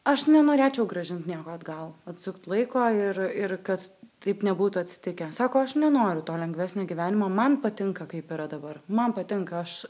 aš nenorėčiau grąžint nieko atgal atsukti laiko ir ir kad taip nebūtų atsitikę sako aš nenoriu to lengvesnio gyvenimo man patinka kaip yra dabar man patinka aš